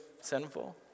sinful